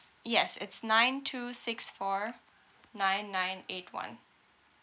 yes it's nine two six four nine nine eight one